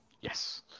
yes